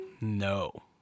No